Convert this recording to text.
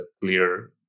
clear